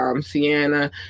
Sienna